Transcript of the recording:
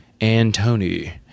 Antony